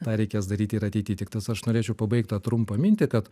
tą reikės daryti ir ateity tik tais aš norėčiau pabaigti tą trumpą mintį kad